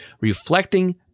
reflecting